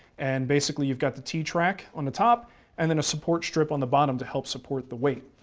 and basically you've got the t track on the top and then a support strip on the bottom to help support the weight.